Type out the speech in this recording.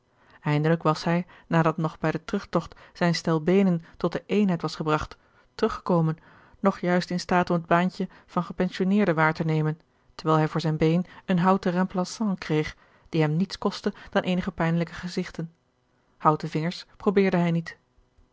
eindelijk was hij nadat nog bij den terugtogt zijn stel beenen tot de eenheid was gebragt teruggekomen nog juist in staat om het baantje van gepensionneerde waar te nemen terwijl hij voor zijn been een houten remplaçant kreeg die hem niets kostte dan eenige pijnlijke gezigten houten vingers probeerde hij niet